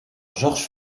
georges